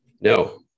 No